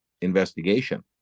investigation